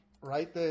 right